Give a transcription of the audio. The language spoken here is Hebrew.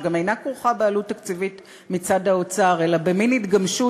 שגם אינה כרוכה בעלות תקציבית מצד האוצר אלא במין התגמשות